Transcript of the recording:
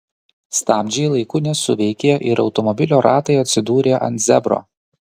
stabdžiai laiku nesuveikė ir automobilio ratai atsidūrė ant zebro